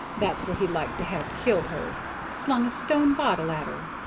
that's where he liked to have killed her slung a stone bottle at her.